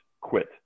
quit